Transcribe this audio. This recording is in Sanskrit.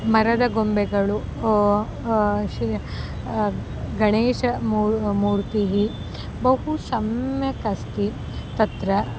मरदगोम्बेगळु श्री गणेशमूर्तिः मूर्तिः बहु सम्यक् अस्ति तत्र